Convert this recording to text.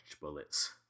bullets